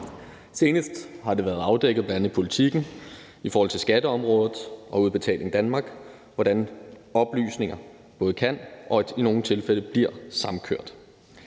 Senest har det været afdækket, bl.a. i Politiken i forhold til skatteområdet og Udbetaling Danmark, hvordan oplysninger både kan og i nogle tilfælde bliver samkørt.